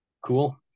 Cool